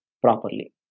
properly